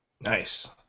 Nice